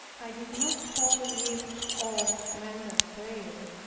i did not wholly leave off mental prayer,